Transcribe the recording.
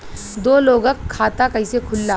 दो लोगक खाता कइसे खुल्ला?